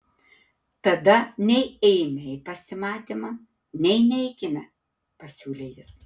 tada nei eime į pasimatymą nei neikime pasiūlė jis